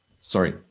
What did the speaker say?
sorry